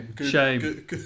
shame